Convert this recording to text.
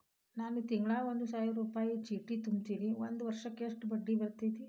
ನಾನು ತಿಂಗಳಾ ಒಂದು ಸಾವಿರ ರೂಪಾಯಿ ಚೇಟಿ ತುಂಬತೇನಿ ಒಂದ್ ವರ್ಷಕ್ ಎಷ್ಟ ಬಡ್ಡಿ ಬರತೈತಿ?